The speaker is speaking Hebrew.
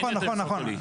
נכון, נכון.